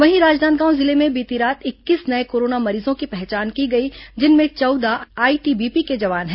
वहीं राजनांदगांव जिले में बीती रात इक्कीस नये कोरोना मरीजों की पहचान की गई जिनमें चौदह आईटीबीपी के जवान हैं